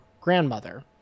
grandmother